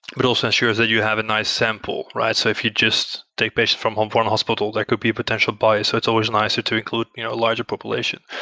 but also ensures that you have a nice sample, right? so if you just take patient from home from a hospital that could be a potential bias. it's always nicer to include you know a larger population,